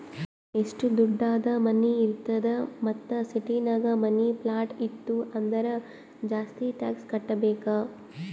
ಎಷ್ಟು ದೊಡ್ಡುದ್ ಮನಿ ಇರ್ತದ್ ಮತ್ತ ಸಿಟಿನಾಗ್ ಮನಿ, ಪ್ಲಾಟ್ ಇತ್ತು ಅಂದುರ್ ಜಾಸ್ತಿ ಟ್ಯಾಕ್ಸ್ ಕಟ್ಟಬೇಕ್